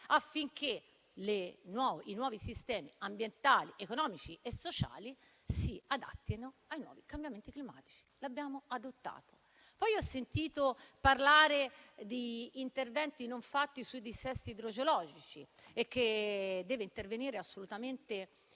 affinché i nuovi sistemi ambientali, economici e sociali si adattino ai nuovi cambiamenti climatici. L'abbiamo adottato. Poi ho sentito parlare di interventi non fatti per il dissesto idrogeologico, per cui il Governo deve intervenire assolutamente. Ricordo che